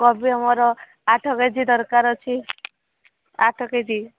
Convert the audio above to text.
କୋବି ମୋର ଆଠ କେ ଜି ଦରକାର ଅଛି ଆଠ କେ ଜି